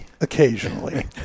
Occasionally